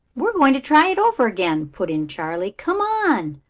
we are going to try it over again, put in charley. come on.